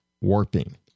warping